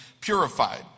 purified